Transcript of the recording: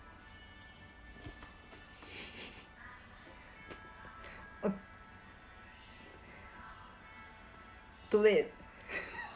uh too late